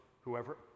whoever